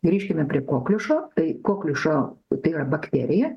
grįžkime prie kokliušo tai kokliušo tai yra bakterija